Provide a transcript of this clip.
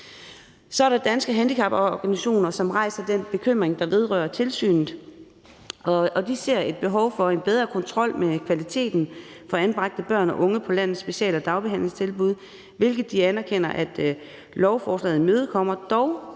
Danske Handicaporganisationer, som rejser den bekymring, der vedrører tilsynet. De ser et behov for en bedre kontrol med kvaliteten for anbragte børn og unge på landets special- og dagbehandlingstilbud, hvilket de anerkender lovforslaget imødekommer.